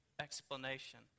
explanation